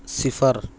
صفر